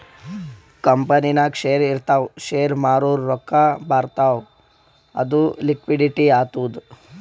ಕಂಪನಿನಾಗ್ ಶೇರ್ ಇರ್ತಾವ್ ಶೇರ್ ಮಾರೂರ್ ರೊಕ್ಕಾ ಬರ್ತಾವ್ ಅದು ಲಿಕ್ವಿಡಿಟಿ ಆತ್ತುದ್